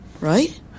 right